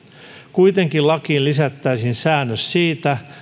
kuitenkin lakiin lisättäisiin säännös siitä